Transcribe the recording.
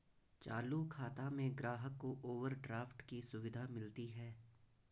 चालू खाता में ग्राहक को ओवरड्राफ्ट की सुविधा मिलती है